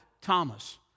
Thomas